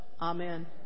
Amen